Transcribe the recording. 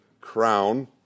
crown